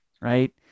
right